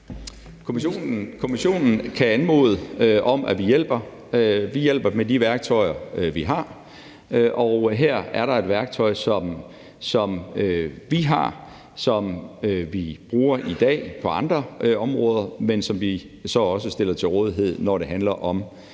Kommissionen kan anmode om, at vi hjælper med de værktøjer, vi har, og her er der et værktøj, som vi har, og som vi bruger i dag på andre områder, men som vi så også stiller til rådighed, når det handler om